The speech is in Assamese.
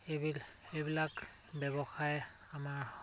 এইবিলাক এইবিলাক ব্যৱসায় আমাৰ